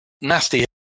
nasty